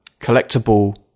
collectible